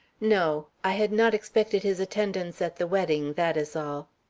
no i had not expected his attendance at the wedding that is all.